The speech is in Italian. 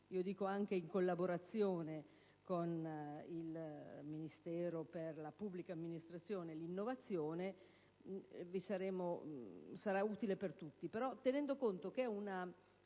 di più, anche in collaborazione con il Ministero per la pubblica amministrazione e l'innovazione, sarà utile per tutti,